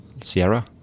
Sierra